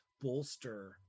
bolster